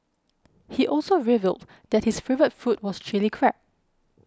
he also revealed that his favourite food was Chilli Crab